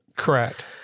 Correct